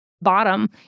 bottom